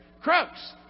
Crooks